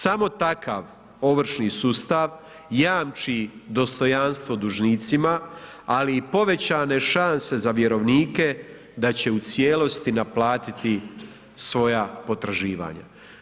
Samo takav ovršni sustav jamči dostojanstvo dužnicima, ali i povećane šanse za vjerovnike da će u cijelosti naplatiti svoja potraživanja.